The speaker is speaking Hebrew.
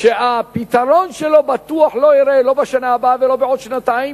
דבר שהפתרון שלו בטוח לא ייראה לא בשנה הבאה ולא בעוד שנתיים,